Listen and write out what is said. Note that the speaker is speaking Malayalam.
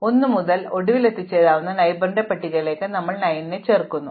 അതിനാൽ 1 മുതൽ ഒടുവിൽ എത്തിച്ചേരാവുന്ന അയൽക്കാരുടെ പട്ടികയിലേക്ക് ഞാൻ 9 ചേർക്കുന്നു